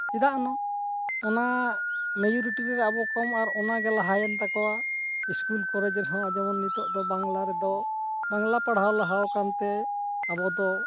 ᱪᱮᱫᱟᱜ ᱵᱟᱝ ᱚᱱᱟ ᱢᱮᱡᱚᱨᱤᱴᱤ ᱨᱮ ᱟᱵᱚ ᱠᱚᱢ ᱟᱨ ᱚᱱᱟᱜᱮ ᱞᱟᱦᱟᱭᱮᱱ ᱛᱟᱠᱚᱣᱟ ᱥᱠᱩᱞ ᱠᱚᱞᱮᱡᱽ ᱨᱮᱦᱚᱸ ᱡᱮᱢᱚᱱ ᱱᱤᱛᱳᱜ ᱫᱚ ᱵᱟᱝᱞᱟ ᱨᱮᱫᱚ ᱵᱟᱝᱞᱟ ᱯᱟᱲᱦᱟᱣ ᱞᱟᱦᱟᱣᱟᱠᱟᱱ ᱛᱮ ᱟᱵᱚ ᱫᱚ